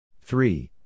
Three